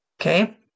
okay